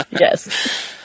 Yes